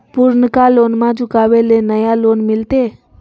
पुर्नका लोनमा चुकाबे ले नया लोन मिलते?